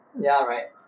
ya right